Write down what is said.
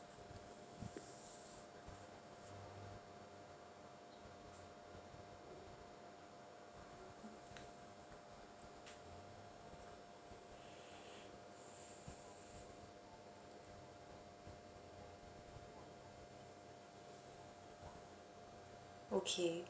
okay